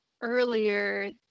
earlier